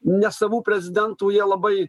nesavų prezidentų jie labai